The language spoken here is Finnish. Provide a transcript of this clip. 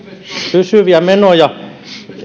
pysyviä menoja